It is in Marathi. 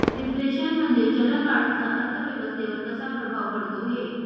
रिफ्लेशन म्हणजे चलन वाढीचा अर्थव्यवस्थेवर कसा प्रभाव पडतो है?